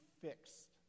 fixed